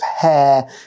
hair